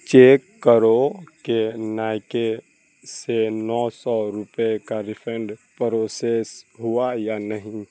check کرو کہ Nike سے نو سو روپئے کا ریفنڈ پروسس ہوا یا نہیں